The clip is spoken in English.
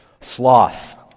Sloth